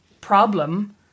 problem